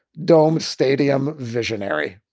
domed stadium visionary